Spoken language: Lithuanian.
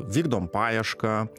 vykdom paiešką